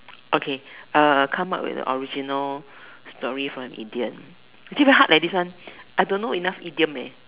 okay come up with the original story for an idiom actually very hard leh this one I don't know enough idioms